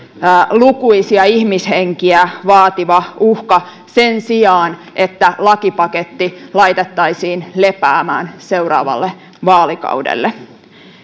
lukuisia ihmishenkiä vaativa uhka sen sijaan että lakipaketti laitettaisiin lepäämään seuraavalle vaalikaudelle